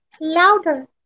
Louder